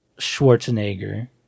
Schwarzenegger